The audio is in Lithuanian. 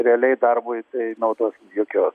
realiai darbui tai naudos jokios